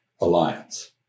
alliance